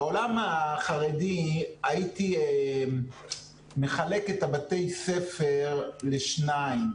בעולם החרדי הייתי מחלק את בתי הספר לשניים.